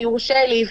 אם יורשה לי,